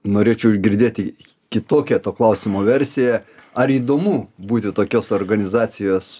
norėčiau girdėti kitokią to klausimo versiją ar įdomu būti tokios organizacijos